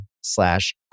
slash